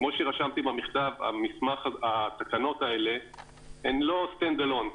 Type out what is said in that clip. כמו שרשמתי במכתב, התקנות האלה הן לא "סטנד-אלון".